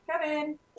Kevin